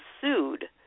sued